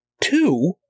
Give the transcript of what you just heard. two